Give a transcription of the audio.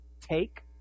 Take